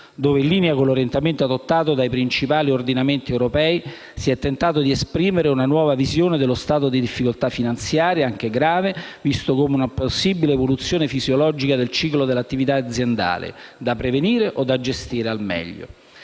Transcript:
dove, in linea con l'orientamento adottato dai principali ordinamenti europei, si è tentato di esprimere una nuova visione dello stato di difficoltà finanziaria, anche grave, visto come una possibile evoluzione fisiologica del ciclo dell'attività aziendale, da prevenire o gestire al meglio.